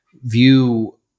view